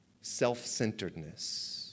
self-centeredness